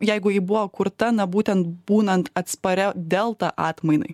jeigu ji buvo kurta na būtent būnant atsparia delta atmainai